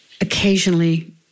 occasionally